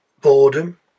boredom